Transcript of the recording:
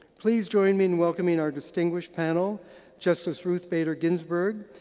please join me in welcoming our distinguished panel justice ruth bader ginsberg,